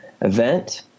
event